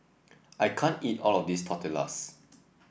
I can't eat all of this Tortillas